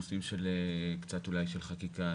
נושאים קצת אולי של חקיקה,